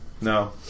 No